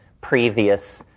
previous